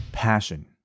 passion